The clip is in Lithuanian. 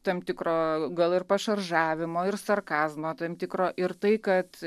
tam tikro gal ir pašaržavimo ir sarkazmo tam tikro ir tai kad